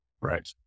Right